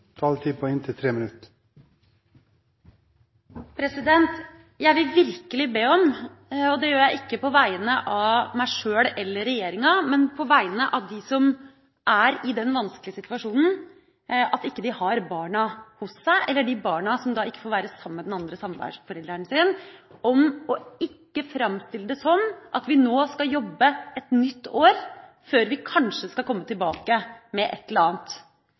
Jeg vil virkelig be om – og det gjør jeg ikke på vegne av meg sjøl eller regjeringa, men på vegne av dem som er i den vanskelige situasjonen at de ikke har barna hos seg, eller de barna som ikke får være sammen med den andre samværforelderen sin – ikke å framstille det sånn at vi nå skal jobbe et nytt år før vi kanskje skal komme tilbake med et eller annet.